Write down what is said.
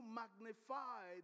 magnify